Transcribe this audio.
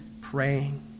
praying